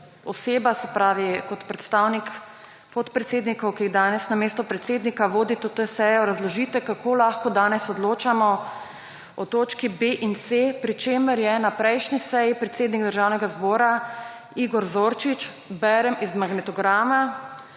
oseba, se pravi, kot predstavnik podpredsednikov, ki je danes namesto predsednika vodite to sejo, razložite kako lahko danes odločamo o točki b in c, pri čemer je na prejšnji seji predsednik Državnega zbora Igor Zorčič, berem iz magnetograma,